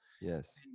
yes